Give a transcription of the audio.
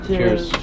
Cheers